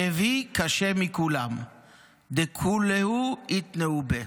שבי דכולהו איתנהו ביה".